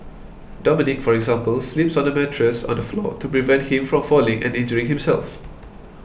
dominic for example sleeps on a mattress on the floor to prevent him from falling and injuring himself